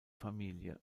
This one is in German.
familie